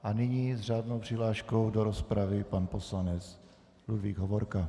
A nyní s řádnou přihláškou do rozpravy pan poslanec Ludvík Hovorka.